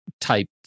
type